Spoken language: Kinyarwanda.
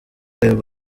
ayo